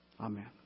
Amen